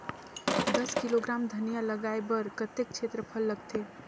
दस किलोग्राम धनिया लगाय बर कतेक क्षेत्रफल लगथे?